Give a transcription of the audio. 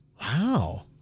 Wow